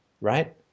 right